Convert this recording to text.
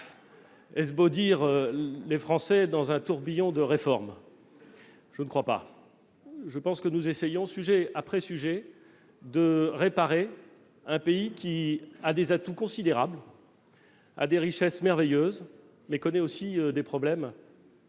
esbaudir les Français par un tourbillon de réformes ... Je ne le crois pas. Nous essayons, sujet après sujet, de réparer un pays qui a des atouts considérables et des richesses merveilleuses, mais qui connaît aussi des problèmes